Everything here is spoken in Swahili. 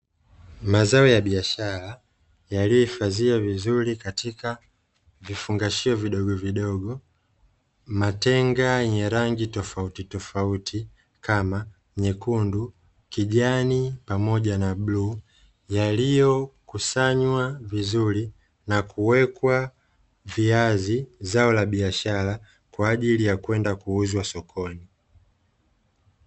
Mazao ya biashara yaliyohifadhiwa vizuri katika Vifungashio vidogovidogo, Matenga yenye rangi tofautitofauti kama nyekundu, kijani pamoja na bluu yaliyokusanywa vizuri na kuwekwa viazi, zao la biashara kwa ajili ya kwenda kuuzwa sokoni.